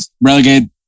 relegated